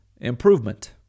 improvement